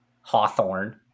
Hawthorne